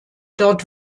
dort